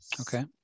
okay